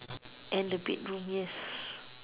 and the bedroom yes